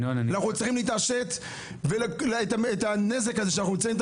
אנחנו צריכים לשבת ואת הנזק הזה שאנחנו צריכים את